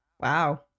Wow